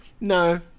No